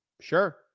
Sure